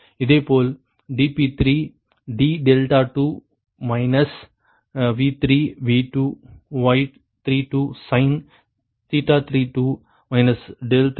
இதேபோல் dp3 d2 minus V3V2Y32 sin 32 3∆2 2